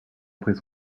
après